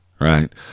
right